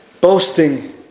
boasting